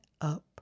Up